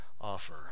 offer